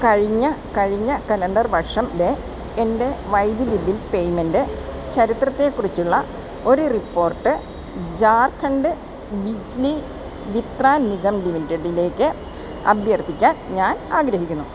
കഴിഞ്ഞ കഴിഞ്ഞ കലണ്ടർ വർഷത്തിലെ എൻ്റെ വൈദ്യുതി ബിൽ പേയ്മെൻ്റ് ചരിത്രത്തെക്കുറിച്ചുള്ള ഒരു റിപ്പോർട്ട് ജാർഖണ്ഡ് ബിജ്ലി വിത്രാൻ നിഗം ലിമിറ്റഡിലേക്ക് അഭ്യർത്ഥിക്കാൻ ഞാൻ ആഗ്രഹിക്കുന്നു